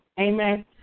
Amen